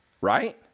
right